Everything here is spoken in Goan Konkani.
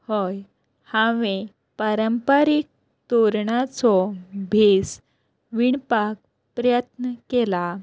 हय हांवे पारंपारीक तोरणाचो भेस विणपाक प्रयत्न केला